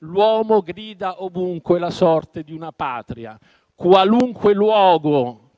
l'uomo grida dovunque la sorte d'una patria». Qualunque luogo